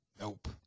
Nope